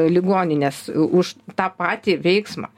ligoninės už tą patį veiksmą